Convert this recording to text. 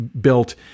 built